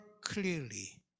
clearly